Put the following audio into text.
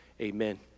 Amen